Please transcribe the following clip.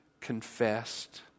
confessed